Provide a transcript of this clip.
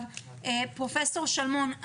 פרופ' שלמון,